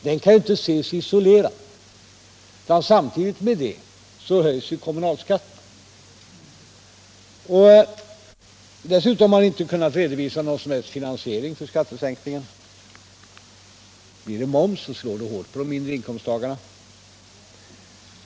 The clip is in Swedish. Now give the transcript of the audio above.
Den kan ju inte ses isolerad, eftersom samtidigt kommunalskatten höjs. Man har inte kunnat redovisa någon som helst finansiering av skattesänkningen. Blir det en höjd moms så slår det hårt mot de mindre inkomsttagarna.